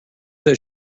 that